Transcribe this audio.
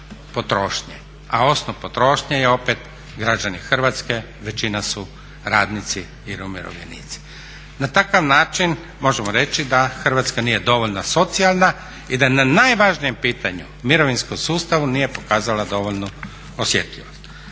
a osnov potrošnje je opet građani Hrvatske većina su radnici ili umirovljenici. Na takav način možemo reći da Hrvatska nije dovoljno socijalna i da na najvažnijem pitanju mirovinskom sustavu nije pokazala dovoljno osjetljivosti.